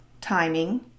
timing